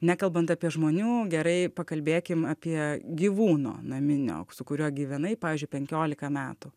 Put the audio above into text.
nekalbant apie žmonių gerai pakalbėkim apie gyvūno naminio su kuriuo gyvenai pavyzdžiui penkiolika metų